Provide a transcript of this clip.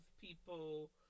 people